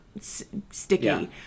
sticky